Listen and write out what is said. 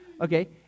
Okay